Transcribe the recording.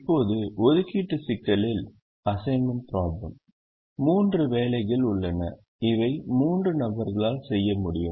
இப்போது ஒதுக்கீட்டு சிக்கலில் மூன்று வேலைகள் உள்ளன இவை மூன்று நபர்களால் செய்ய முடியும்